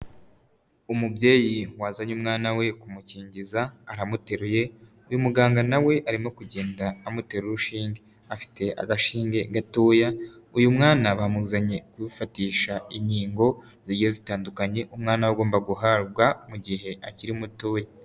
Umubyeyi wazanye umwana we kumukingiza aramuteruye uyu muganga nawe arimo kugenda amutera urushinge afite agashinge gatoya uyu mwana bamuzanye kufatisha inkingo zigiye zitandukanye umwana agomba guhabwa mu gihe akiri mutoya.